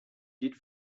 did